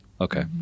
Okay